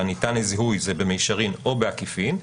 שהניתן לזיהוי זה במישרין או בעקיפין,